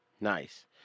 Nice